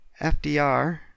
FDR